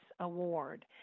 Award